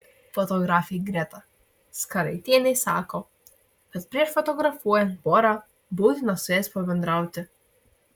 fotografė greta skaraitienė sako kad prieš fotografuojant porą būtina su jais pabendrauti